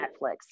Netflix